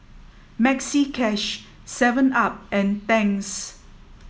Maxi Cash Seven up and Tangs